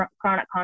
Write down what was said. chronic